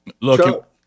Look